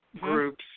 groups